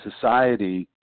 society